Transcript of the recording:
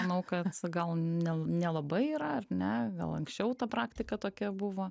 manau kad gal nelabai yra ar ne gal anksčiau ta praktika tokia buvo